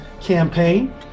campaign